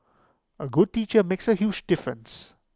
A good teacher makes A huge difference